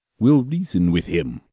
we'll reason with him.